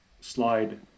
slide